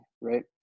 right